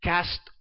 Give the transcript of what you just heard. Cast